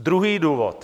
Druhý důvod.